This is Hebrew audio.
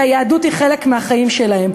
שהיהדות היא חלק מהחיים שלהם.